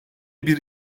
bir